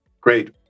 Great